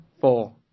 Four